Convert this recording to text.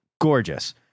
gorgeous